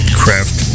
craft